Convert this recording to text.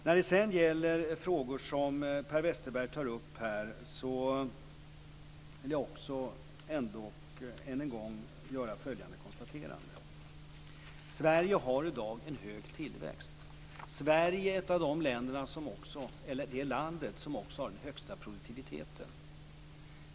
När det sedan gäller de frågor som Per Westerberg tar upp vill jag göra följande konstaterande. Sverige har i dag en hög tillväxt. Sverige är det land som också har den högsta produktiviteten.